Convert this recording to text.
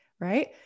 Right